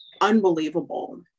unbelievable